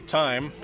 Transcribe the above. time